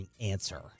answer